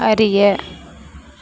அறிய